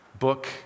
Book